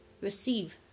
receive